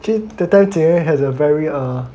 actually that time 洁 has a very uh